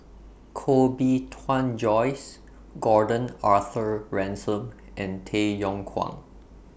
Koh Bee Tuan Joyce Gordon Arthur Ransome and Tay Yong Kwang